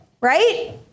right